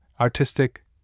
artistic